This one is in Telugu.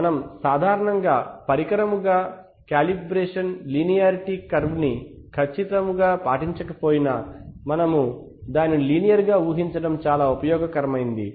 మనము సాధారణముగా పరికరము కాలిబ్రేషన్ లీనియారిటీ కర్వ్ ని ఖచితముగా పాటించకపోయినా మనము దానిని లీనియర్ గా ఊహించడం చాలా ఉపయోగకరమయినది